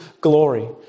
glory